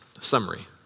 Summary